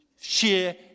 sheer